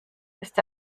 ist